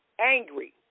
angry